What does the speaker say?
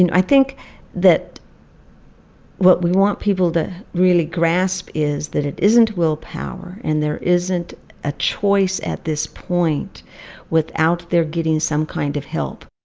and i think that what we want people to really grasp is that it isn't willpower, and there isn't a choice at this point without their getting some kind of help